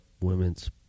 women's